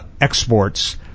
exports